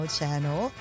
Channel